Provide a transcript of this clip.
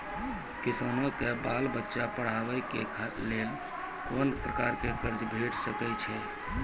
किसानक बाल बच्चाक पढ़वाक लेल कून प्रकारक कर्ज भेट सकैत अछि?